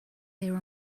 here